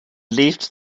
leafed